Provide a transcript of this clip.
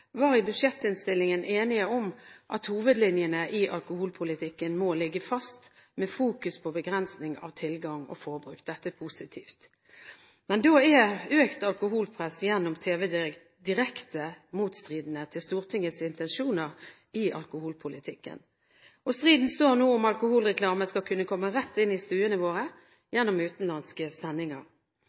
var i budsjettinnstillingen enige om at «hovedlinjene i alkoholpolitikken må ligge fast med fokus på begrensning av tilgang og forbruk». Dette er positivt, men da er økt alkoholpress gjennom tv direkte motstridende til Stortingets intensjoner i alkoholpolitikken. Striden står nå om alkoholreklame skal komme rett inn i stuene våre gjennom utenlandske sendinger.